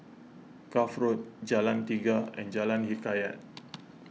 Cuff Road Jalan Tiga and Jalan Hikayat